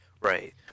Right